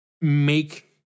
make